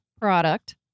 product